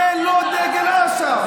זה לא דגל אש"ף,